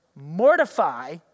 mortify